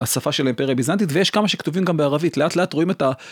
השפה של האימפריה הביזנטית, ויש כמה שכתובים גם בערבית, לאט לאט רואים את ה